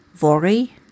worry